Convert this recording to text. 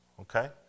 okay